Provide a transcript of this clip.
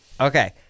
Okay